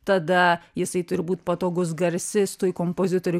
tada jisai turi būt patogus garsistui kompozitoriui